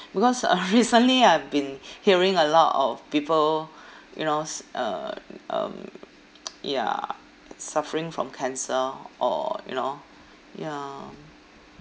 because uh recently I've been hearing a lot of people you know s~ uh um ya suffering from cancer or you know ya